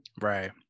Right